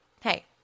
hey